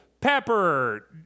pepper